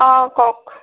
অ' কওক